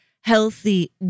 healthy